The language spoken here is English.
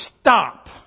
stop